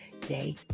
Day